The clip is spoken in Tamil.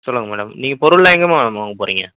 சொல்லுங்கள் மேடம் நீங்கள் பொருள்லாம் எங்கே மேடம் வாங்கப் போகறீங்க